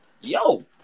yo